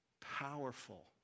powerful